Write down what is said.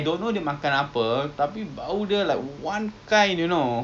!aiyo! unless kita just go somewhere to like makan lor